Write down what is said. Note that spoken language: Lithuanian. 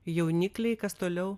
jaunikliai kas toliau